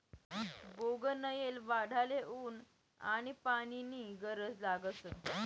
बोगनयेल वाढाले ऊन आनी पानी नी गरज लागस